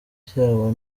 cyabo